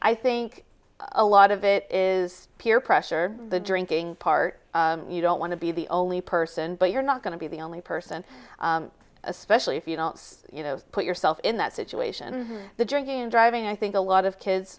i think a lot of it is peer pressure the drinking part you don't want to be the only person but you're not going to be the only person especially if you don't you know put yourself in that situation the drinking and driving i think a lot of kids